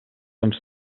ens